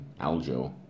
Aljo